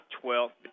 twelfth